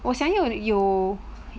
我想要有